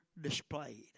displayed